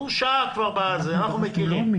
אנחנו מכירים.